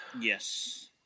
Yes